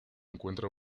encuentra